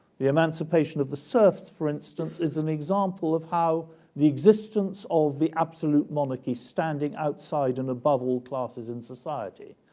the emancipation of the serfs, for instance, is an example of how the existence of the absolute monarchy, standing outside and above all classes in society,